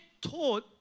taught